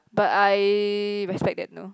but I respect that you know